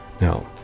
Now